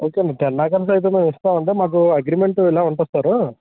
okay అండి ten acres అయితే మేము ఇస్తామండి మాకు అగ్రీమెంట్ ఇలా పంపిస్తారా